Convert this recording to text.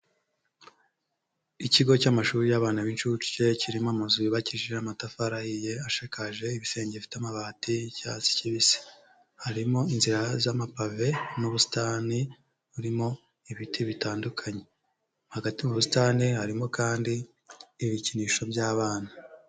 Ikigo cy'amashuri y'abana b'incuke kirimo amazu yubakishije amatafari ahiye ashakaje ibisenge bifite amabati y'icyatsi kibisi. Harimo inzira z'amapave n'ubusitani burimo ibiti bitandukanye. Hagati mu busitani harimo kandi ibikinisho by'abana.